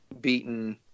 beaten